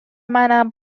منم